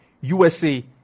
USA